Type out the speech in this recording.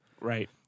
Right